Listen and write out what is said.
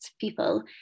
people